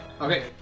Okay